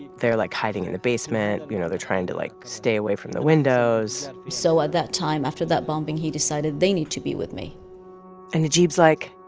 they're, like, hiding in the basement. you know, they're trying to, like, stay away from the windows so at that time after that bombing, he decided, they need to be with me and najeeb's like,